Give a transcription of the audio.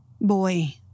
Boy